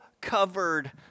covered